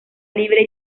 libre